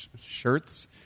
shirts